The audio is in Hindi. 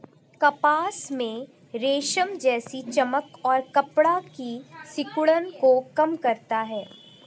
कपास में रेशम जैसी चमक और कपड़ा की सिकुड़न को कम करता है